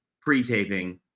pre-taping